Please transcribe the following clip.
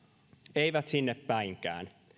eivät sinnepäinkään